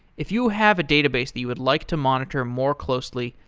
if you have a database that you would like to monitor more closely,